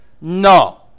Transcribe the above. no